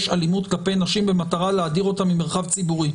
אלימות כלפי נשים במטרה להדיר אותן ממרחב ציבורי,